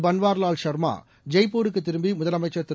பன்வார்வால் சர்மா ஜெய்ப்பூருக்குத் திரும்பி முதலமைச்சர் திரு